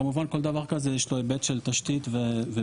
כמובן לכל דבר כזה יש היבט של תשתית ובינוי.